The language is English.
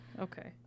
Okay